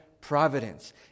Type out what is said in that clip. providence